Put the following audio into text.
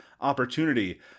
opportunity